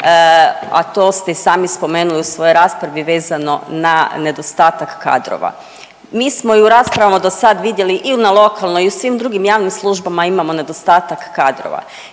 a to ste i sami spomenuli u svojoj raspravi vezano na nedostatak kadrova. Mi smo i u raspravama dosad vidjeli i na lokalnoj i u svim drugih javnim službama imamo nedostatak kadrova.